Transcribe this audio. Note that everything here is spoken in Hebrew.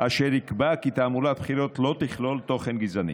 אשר יקבע כי תעמולת בחירות לא תכלול תוכן גזעני.